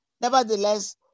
Nevertheless